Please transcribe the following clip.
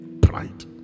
pride